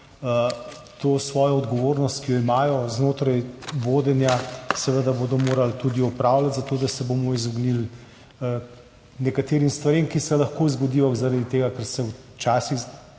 To svojo odgovornost, ki jo imajo znotraj vodenja, bodo seveda morali tudi opravljati, zato da se bomo izognili nekaterim stvarem, ki se lahko zgodijo, zaradi tega ker se včasih